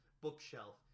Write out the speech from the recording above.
bookshelf